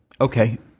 Okay